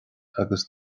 agus